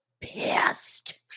pissed